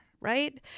right